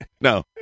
no